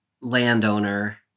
landowner